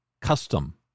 custom